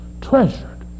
treasured